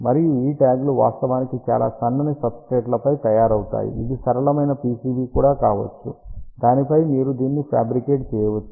మరియు ఈ ట్యాగ్లు వాస్తవానికి చాలా సన్నని సబ్స్త్రేట్ల పై తయారవుతాయి ఇది సరళమైన PCB కూడా కావచ్చు దానిపై మీరు దీనిని ఫ్యాబ్రికేట్ చేయవచ్చు